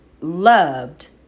loved